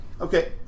Okay